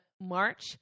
March